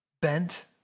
bent